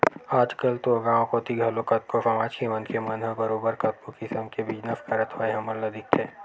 आजकल तो गाँव कोती घलो कतको समाज के मनखे मन ह बरोबर कतको किसम के बिजनस करत होय हमन ल दिखथे